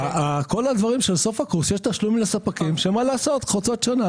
כל הדברים של סוף הקורס יש תשלום לספקים שחוצות שנה,